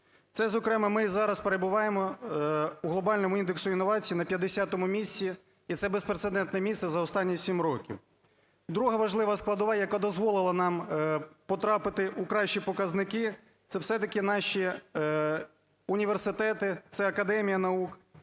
Це, зокрема, ми й зараз перебуваємо в глобальному індексі інновацій на 50-му місці, і це безпрецедентне місце за останні 7 років. Друга важлива складова, яка дозволила нам потрапити у кращі показники, це все-таки наші університети, це Академія наук,